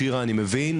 שירה אני מבין,